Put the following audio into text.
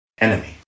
enemy